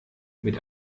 mit